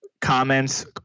comments